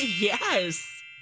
Yes